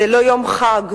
זה לא יום חג,